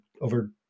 over